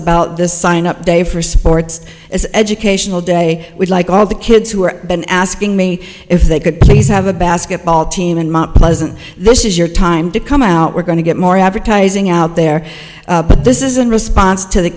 about the sign up day for sports as educational day we'd like all the kids who are been asking me if they could please have a basketball team in mount pleasant this is your time to come out we're going to get more advertising out there but this is a response to the